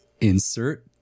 Insert